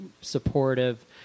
supportive